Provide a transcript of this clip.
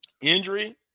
injury